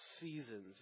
seasons